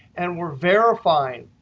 and we're verifying